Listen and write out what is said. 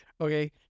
Okay